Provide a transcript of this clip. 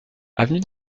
avenue